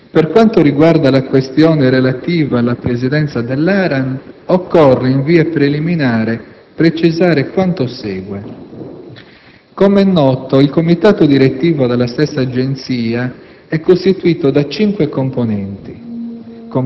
Per quanto riguarda la questione relativa alla presidenza dell'ARAN, occorre, in via preliminare, precisare quanto segue. Come è noto, il comitato direttivo della stessa agenzia è costituito da cinque componenti,